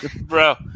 bro